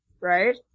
right